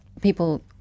people